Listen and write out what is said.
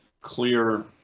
clear